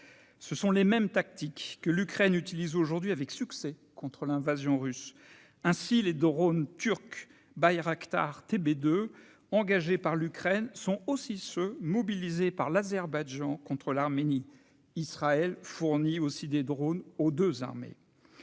Ce sont les mêmes tactiques que l'Ukraine utilise aujourd'hui avec succès contre l'invasion russe. Ainsi, les drones turcs Bayraktar TB2, employés par l'Ukraine, sont également mobilisés par l'Azerbaïdjan contre l'Arménie. Israël fournit aussi des drones aux deux armées.